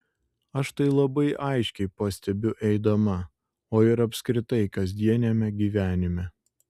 aš tai labai aiškiai pastebiu eidama o ir apskritai kasdieniame gyvenime